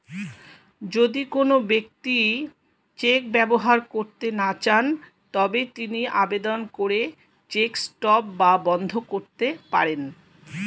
যদি কোন ব্যক্তি চেক ব্যবহার করতে না চান তবে তিনি আবেদন করে চেক স্টপ বা বন্ধ করতে পারেন